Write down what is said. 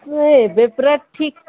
ଏବେ ପୁରା ଠିକ୍